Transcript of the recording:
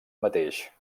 mateix